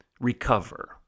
recover